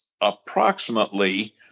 approximately